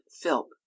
Philp